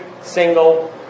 single